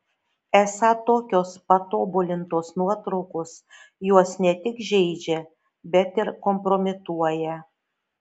esą tokios patobulintos nuotraukos juos ne tik žeidžia bet ir kompromituoja